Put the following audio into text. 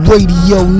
Radio